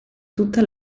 tutta